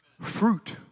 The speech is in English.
Fruit